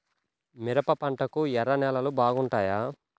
మిరప పంటకు ఎర్ర నేలలు బాగుంటాయా?